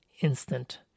instant